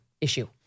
issue